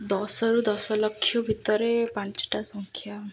ଦଶରୁ ଦଶ ଲକ୍ଷ ଭିତରେ ପାଞ୍ଚଟା ସଂଖ୍ୟା